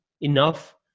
Enough